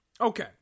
Okay